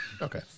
Okay